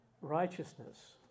righteousness